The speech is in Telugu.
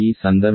18 KW ఉంటుంది